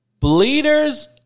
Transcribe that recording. Bleeders